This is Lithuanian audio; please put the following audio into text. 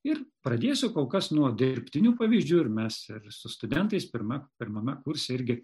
ir pradėsiu kol kas nuo dirbtinių pavyzdžių ir mes ir su studentais pirma pirmame kurse irgi